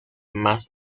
más